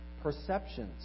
Perceptions